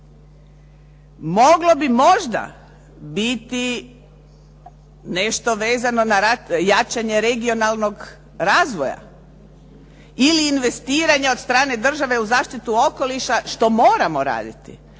Moglo bi možda biti nešto vezano na jačanje regionalnog razvoja ili investiranja od strane države u zaštitu okoliša što moramo raditi.